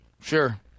Sure